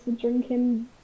drinking